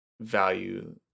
value